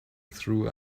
through